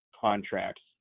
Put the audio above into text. contracts